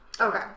Okay